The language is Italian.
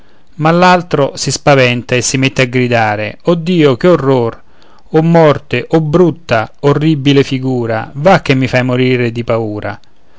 ma l'altro si spaventa e si mette a gridare o dio che orror o morte o brutta orribile figura va che mi fai morire di paura